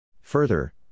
Further